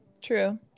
true